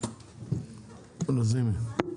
לזימי.